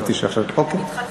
אוקיי.